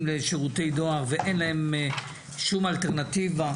לשירותי דואר ואין להם שום אלטרנטיבה,